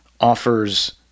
offers